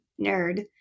nerd